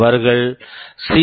அவர்கள் சி